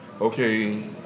Okay